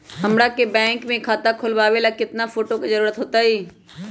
हमरा के बैंक में खाता खोलबाबे ला केतना फोटो के जरूरत होतई?